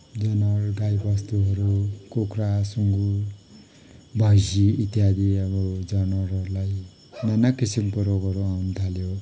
जनावर गाई बस्तुहरू कुखरा सुँगुर भैँसी इत्यादि अब जनावरहरूलाई नाना किसिमको रोगहरू आउनु थाल्यो